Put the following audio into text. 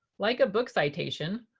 like a book citation,